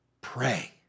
pray